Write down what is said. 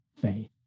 faith